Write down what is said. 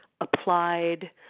applied